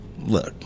Look